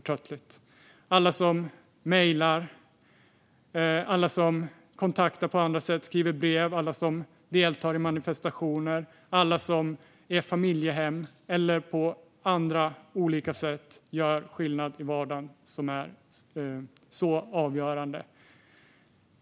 Tack till alla som mejlar och skriver brev och tar kontakt på andra sätt. Tack till alla som deltar i manifestationer och till alla som är familjehem eller på andra sätt gör en avgörande skillnad i vardagen.